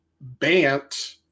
Bant